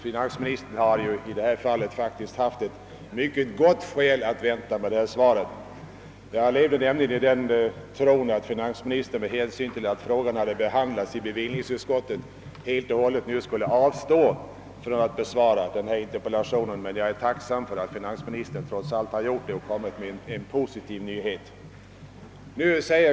Finansministern har i detta fall haft ett gott skäl att vänta med svaret. Jag levde i den tron att finansministern med hänsyn till att frågan hade behandlats i bevillningsutskottet helt och hållet skulle avstå från att besvara interpellationen. Jag är tacksam för att finansministern trots allt har gjort det och därvid också kommit med en positiv nyhet.